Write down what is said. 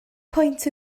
pwynt